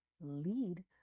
lead